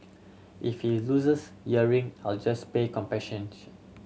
if he loses I'll just pay compensation